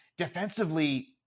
defensively